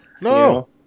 No